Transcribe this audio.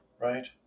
right